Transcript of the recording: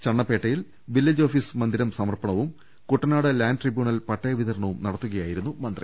ചണ്ണപ്പേട്ടയിൽ village office മന്ദിരം സമർപ്പണവും Kuttanad land tribunal പട്ടയ വിതരണവും നടത്തുകയായിരുന്നു മന്ത്രി